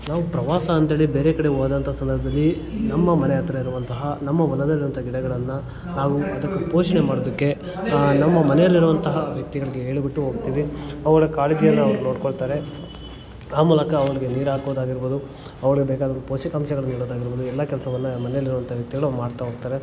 ನಾವು ಪ್ರವಾಸ ಅಂಥೇಳಿ ಬೇರೆ ಕಡೆ ಹೋದಂಥ ಸಂದರ್ಭದಲ್ಲಿ ನಮ್ಮ ಮನೆ ಹತ್ರ ಇರುವಂತಹ ನಮ್ಮ ಹೊಲದಲ್ಲಿರುವಂಥ ಗಿಡಗಳನ್ನು ನಾವು ಅದಕ್ಕೆ ಪೋಷಣೆ ಮಾಡುವುದಕ್ಕೆ ನಮ್ಮ ಮನೆಯಲ್ಲಿರುವಂತಹ ವ್ಯಕ್ತಿಗಳಿಗೆ ಹೇಳಿ ಬಿಟ್ಟು ಹೋಗ್ತೀವಿ ಅವುಗಳ ಕಾಳಜಿಯನ್ನು ಅವರು ನೋಡ್ಕೊಳ್ತಾರೆ ಆ ಮೂಲಕ ಅವುಗಳಿಗೆ ನೀರಾಕೋದಾಗಿರ್ಬೋದು ಅವುಗಳಿಗೆ ಬೇಕಾಗಿದ್ದಂಥ ಪೋಷಕಾಂಶಗಳು ನೀಡೋದಾಗಿರ್ಬೋದು ಎಲ್ಲ ಕೆಲ್ಸವನ್ನು ಮನೆಯಲ್ಲಿರುವಂಥ ವ್ಯಕ್ತಿಗಳು ಮಾಡ್ತಾ ಹೋಗ್ತಾರೆ